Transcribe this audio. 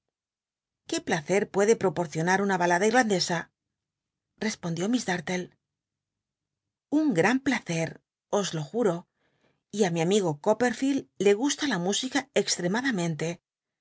qué placer puede ptoporcionar una balada il'landesa respondió miss darlie un gran placer os lo juro y á mi amigo coppedield le gusta la música